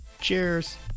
Cheers